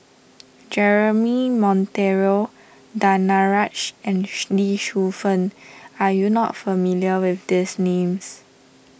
Jeremy Monteiro Danaraj and Lee Shu Fen are you not familiar with these names